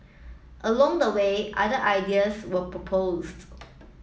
along the way other ideas were proposed